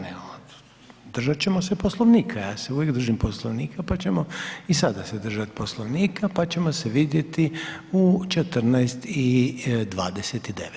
Ne, ne, držat ćemo se Poslovnika, ja se uvijek držim Poslovnika, pa ćemo i sada se držat Poslovnika, pa ćemo se vidjeti u 14,29.